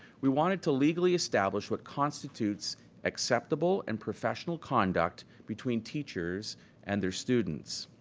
we wanted to legally establish what constitutes acceptable and professional conduct between teachers and their students.